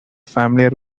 familiar